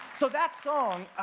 so that song,